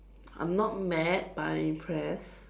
I'm not mad but I'm impressed